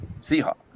Seahawks